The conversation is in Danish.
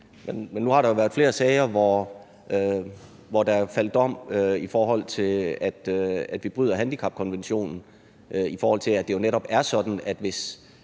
Men nu har der jo været flere sager, hvor der er faldet dom, i forhold til at vi bryder handicapkonventionen. Det er jo netop sådan, at hvis